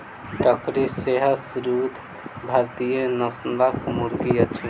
Turkey सेहो शुद्ध भारतीय नस्लक मुर्गी अछि